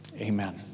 Amen